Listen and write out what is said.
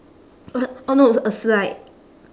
oh no it's a slide